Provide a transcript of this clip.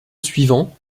suivant